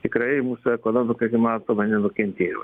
tikrai mūsų ekonomika kaip matome nenukentėjo